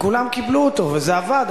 וכולם קיבלו אותו וזה עבד,